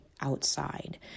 outside